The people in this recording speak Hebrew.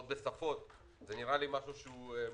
ועוד בשפות - זה נראה לי משהו מסובך.